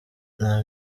nta